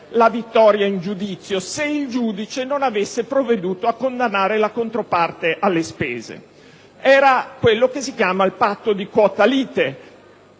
la vittoria in giudizio se il giudice non avesse provveduto a condannare la controparte alle spese: era quello che si chiama il patto di quota lite.